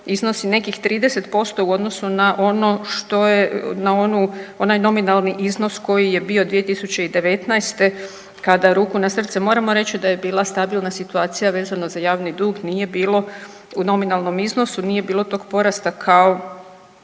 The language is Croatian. na ono što je, na onaj nominalni iznos koji je bio 2019. kada ruku na srce moramo reći da je bila stabilna situacija vezano za javni dug nije bilo u nominalnom iznosu, nije bilo tog porasta kao